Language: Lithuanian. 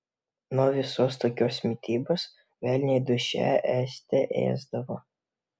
nuo visos tokios mitybos velniai dūšią ėste ėsdavo